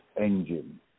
engine